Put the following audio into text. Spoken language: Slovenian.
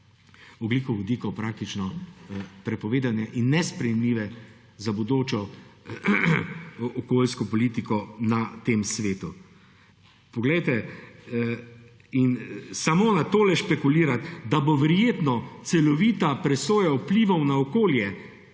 ogljikovodikov praktično prepovedane in nesprejemljive za bodočo okoljsko politiko na tem svetu. Poglejte, in samo na tole špekulirati, da bo verjetno celovita presoja vplivov na okolje,